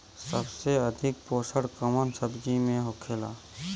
सबसे अधिक पोषण कवन सब्जी में होखेला?